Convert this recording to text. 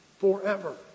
forever